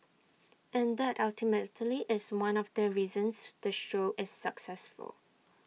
and that is one of the reasons the show is successful